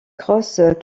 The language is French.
cross